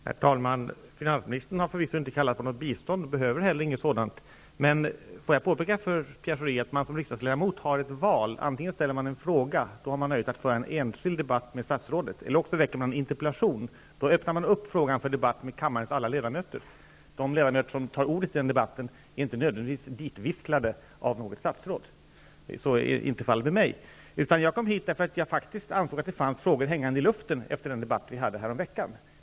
Herr talman! Finansministern har förvisso inte kallat på något bistånd, och behöver inte heller något sådant. Får jag påpeka för Pierre Schori att man som riksdagsledamot har ett val. Antingen ställer man en fråga -- då har man möjlighet att föra en enskild debatt med statsrådet -- eller också väcker man en interpellation. Då öppnar man för debatt med kammarens alla ledamöter. De ledamöter som begär ordet i en sådan debatt är inte nödvändigtvis ditvisslade av ett statsråd. Så är inte fallet med mig. Jag kom hit därför att jag ansåg att det fanns frågor som hänger i luften efter den debatt vi hade häromveckan.